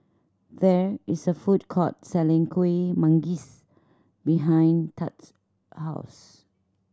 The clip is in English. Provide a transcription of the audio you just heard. there is a food court selling Kuih Manggis behind Tad's house